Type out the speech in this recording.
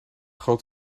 groot